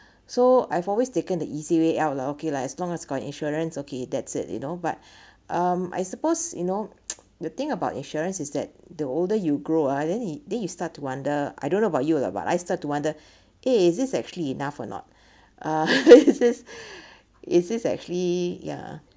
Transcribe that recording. so I've always taken the easy way out lah okay lah as long as got insurance okay that's it you know but um I suppose you know the thing about insurance is that the older you grow ah then you then you start to wonder I don't know about you lah but I start to wonder eh is it actually enough or not uh this is is it actually yeah